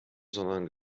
sondern